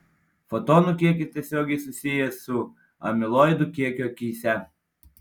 fotonų kiekis tiesiogiai susijęs su amiloidų kiekiu akyse